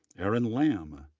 aaron lamm, ah